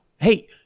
hey